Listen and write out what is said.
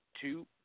Two